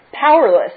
powerless